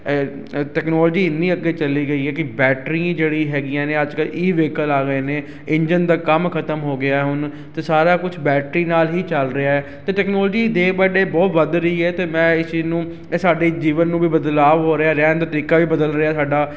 technology ਇੰਨੀ ਅੱਗੇ ਚਲੀ ਗਈ ਹੈ ਕਿ ਬੈਟਰੀ ਜਿਹੜੀ ਹੈਗੀਆਂ ਨੇ ਅੱਜ ਕੱਲ੍ਹ ਈ ਵੇਹੀਕਲ ਆ ਗਏ ਨੇ ਇੰਜਣ ਦਾ ਕੰਮ ਖਤਮ ਹੋ ਗਿਆ ਹੁਣ ਅਤੇ ਸਾਰਾ ਕੁਛ ਬੈਟਰੀ ਨਾਲ ਹੀ ਚੱਲ ਰਿਹਾ ਹੈ ਹੈਤੇ ਟੈਕਨੋਲਜੀ ਡੇਅ ਬਾਏ ਡੇਅ ਬਹੁਤ ਵੱਧ ਰਹੀ ਹੈ ਅਤੇ ਮੈਂ ਇਸ ਚੀਜ਼ ਨੂੰ ਇਹ ਸਾਡੇ ਜੀਵਨ ਨੂੰ ਵੀ ਬਦਲਾਅ ਹੋ ਰਿਹਾ ਰਹਿਣ ਦਾ ਤਰੀਕਾ ਵੀ ਬਦਲ ਰਿਹਾ ਸਾਡਾ